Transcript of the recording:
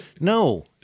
No